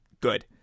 good